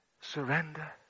Surrender